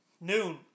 noon